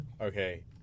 Okay